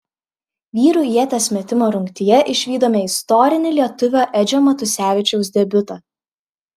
vyrų ieties metimo rungtyje išvydome istorinį lietuvio edžio matusevičiaus debiutą